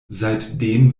seitdem